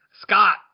Scott